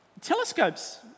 Telescopes